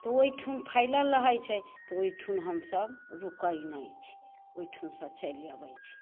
तऽ ओइठन फैलल रहै छै तऽ ओइठन हमसब रूकै नहि छी ओइठनसँ चलि अबै छी